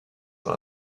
dans